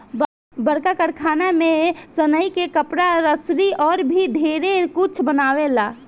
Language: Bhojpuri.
बड़का कारखाना में सनइ से कपड़ा, रसरी अउर भी ढेरे कुछ बनावेला